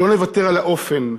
לא נוותר על האופן,